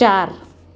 चार